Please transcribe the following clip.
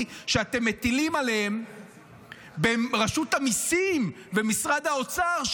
שאתם מטילים עליהם ברשות המיסים ומשרד האוצר,